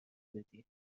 بدی